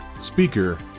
speaker